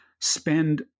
spend